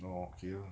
orh okay lor